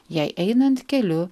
jai einant keliu